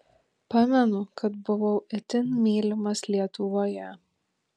pamenu kad buvau itin mylimas lietuvoje